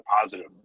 positive